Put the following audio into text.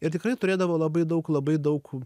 ir tikrai turėdavo labai daug labai daug